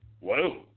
Whoa